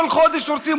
כל חודש הורסים